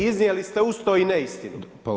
I iznijeli ste uz to i neistinu.